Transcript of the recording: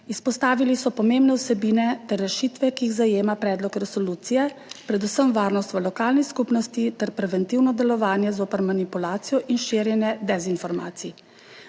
Izpostavili so pomembne vsebine ter rešitve, ki jih zajema predlog resolucije, predvsem varnost v lokalni skupnosti ter preventivno delovanje zoper manipulacijo in širjenje dezinformacij.